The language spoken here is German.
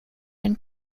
den